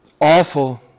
awful